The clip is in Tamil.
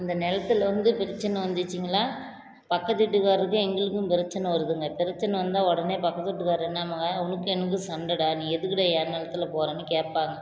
அந்த நிலத்துல வந்து பிரச்சனை வந்துச்சுங்களா பக்கத்து வீட்டுக்காரருக்கும் எங்களுக்கு பிரச்சனை வருதுங்க பிரச்சனை வந்தால் உடனே பக்கத்து வீட்டுக்காரர் என்னான்பாங்க உனக்கும் எனக்கும் சண்டைடா நீ எதுக்குடா என் நிலத்துல போறேனு கேட்பாங்க